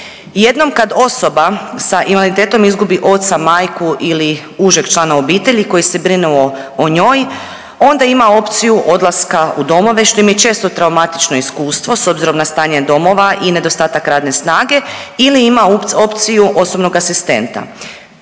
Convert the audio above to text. Jednom kad osoba sa invaliditetom izgubi oca, majku ili užeg člana obitelji koji se brinuo o njoj onda ima opciju odlaska u domove, što im je često traumatično iskustvo s obzirom na stanje domova i nedostatak radne snage ili ima opciju osobnog asistenta.